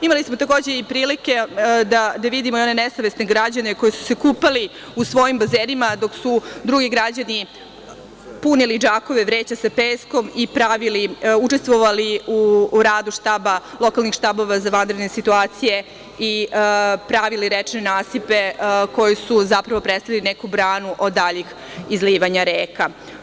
Imali smo, takođe, i prilike da vidimo i one nesavesne građane, koji su se kupali u svojim bazenima dok su drugi građani punili džakove vreća sa peskom i učestvovali u radu lokalnih štabova za vanredne situacije i pravili rečne nasipe, koji su zapravo predstavljali neku branu od daljih izlivanja reka.